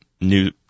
new